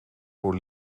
voor